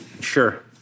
Sure